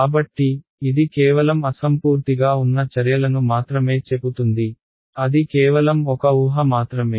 కాబట్టి ఇది కేవలం అసంపూర్తిగా ఉన్న చర్యలను మాత్రమే చెపుతుంది అది కేవలం ఒక ఊహ మాత్రమే